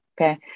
okay